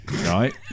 right